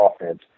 offense